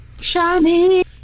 Shiny